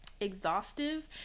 exhaustive